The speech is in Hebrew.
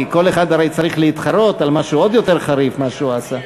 כי כל אחד הרי צריך להתחרות על משהו עוד יותר חריף מה שהוא עשה.